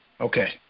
Okay